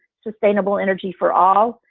sustainable energy four all.